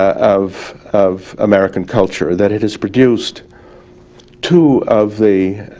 of of american culture, that it is produced two of the